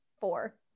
Four